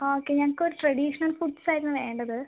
ആ ഓക്കെ ഞങ്ങൾക്കൊരു traditional foods ആയിരുന്നു വേണ്ടത്